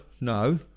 no